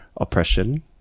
Oppression